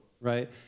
right